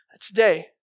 Today